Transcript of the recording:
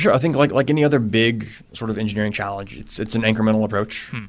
yeah i think like like any other big sort of engineering challenge, it's it's an incremental approach.